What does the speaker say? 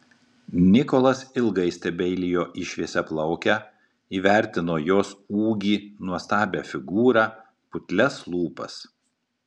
nikolas ilgai stebeilijo į šviesiaplaukę įvertino jos ūgį nuostabią figūrą putlias lūpas